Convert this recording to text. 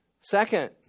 Second